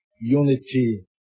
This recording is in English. unity